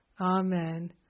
Amen